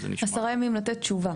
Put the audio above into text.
10 ימים לתת תשובה.